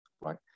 right